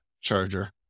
Charger